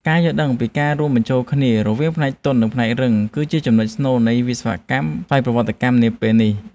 ការយល់ដឹងពីការរួមបញ្ចូលគ្នារវាងផ្នែកទន់និងផ្នែករឹង គឺជាចំនុចស្នូលនៃវិស្វកម្មស្វ័យប្រវត្តិកម្មនាពេលនេះ។